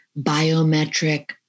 biometric